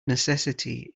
necessity